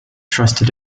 trusted